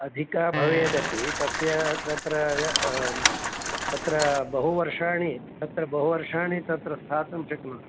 अधिकः भवेदपि तस्य तत्र य तत्र बहुवर्षाणि तत्र बहुवर्षाणि तत्र स्थातुं शक्नोति